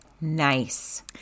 nice